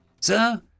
Sir